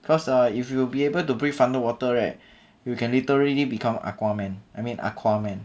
cause uh if you will be able to breathe underwater right you can literally become aqua man I mean aqua man